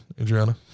Adriana